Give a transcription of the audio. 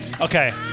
Okay